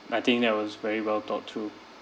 I think that was very well thought too